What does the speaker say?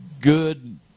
good